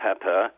pepper